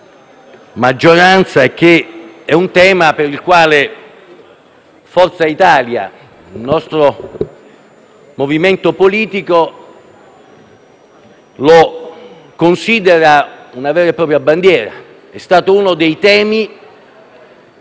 maggioranza e riguarda un tema che Forza Italia, il nostro movimento politico, considera una vera e propria bandiera: è stato uno dei temi